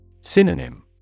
Synonym